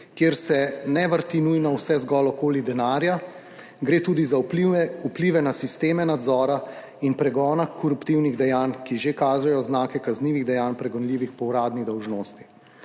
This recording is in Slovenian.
kjer se ne vrti nujno vse zgolj okoli denarja, gre tudi za vplive na sisteme nadzora in pregona koruptivnih dejanj, ki že kažejo znake kaznivih dejanj, pregonljivih po uradni dolžnosti.